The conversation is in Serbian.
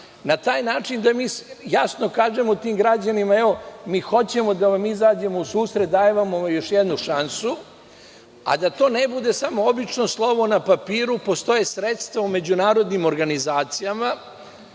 na taj način da mi jasno kažemo tim građanima, evo mi hoćemo da vam izađemo u susret, dajemo vam još jednu šansu, a da to ne bude samo obično slovo na papiru postoje sredstva u međunarodnim organizacijama,